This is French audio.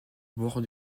bord